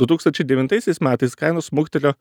du tūkstančiai devintaisiais metais kainos smuktelėjo